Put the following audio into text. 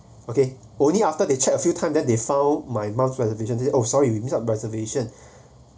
okay only after they check a few time that they found my mum's reservations it oh sorry we miss out reservation